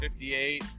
58